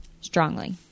Strongly